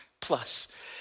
plus